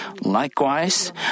Likewise